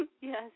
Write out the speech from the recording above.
Yes